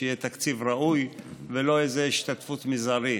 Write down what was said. שיהיה תקציב ראוי ולא איזו השתתפות מזערית.